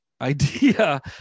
idea